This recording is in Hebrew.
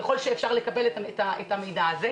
ככל שאפשר לקבל את המידע הזה.